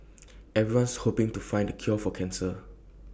everyone's hoping to find the cure for cancer